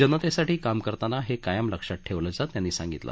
जनतेसाठी काम करताना हे कायम लक्षात ठेवल्याचं त्यांनी सांगितलं